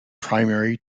primary